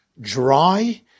dry